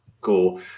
Cool